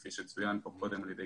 כפי שצוין פה קודם על-ידי